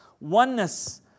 Oneness